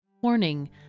Warning